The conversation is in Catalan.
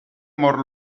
mor